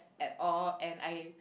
at all and I